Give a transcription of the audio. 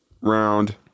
round